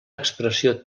expressió